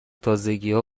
تازگیها